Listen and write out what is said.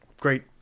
great